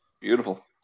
beautiful